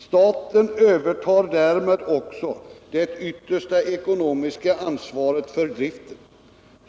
Staten övertar därmed också det yttersta ekonomiska ansvaret för driften.